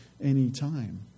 anytime